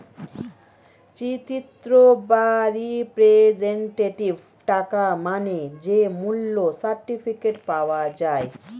চিত্রিত বা রিপ্রেজেন্টেটিভ টাকা মানে যে মূল্য সার্টিফিকেট পাওয়া যায়